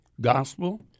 gospel